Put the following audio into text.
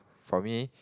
for me